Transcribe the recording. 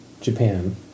Japan